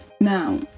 now